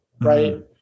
right